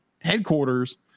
headquarters